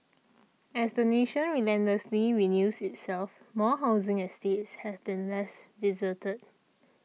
as the nation relentlessly renews itself more housing estates have been left deserted